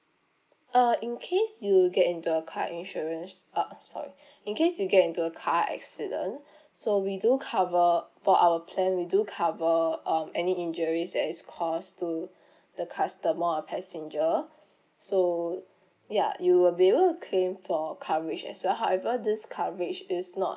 uh in case you get into a car insurance ah sorry in case you get into a car accident so we do cover for our plan we do cover um any injuries that is caused to the customer or passenger so ya you will be able to claim for coverage as well however this coverage is not